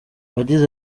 yagize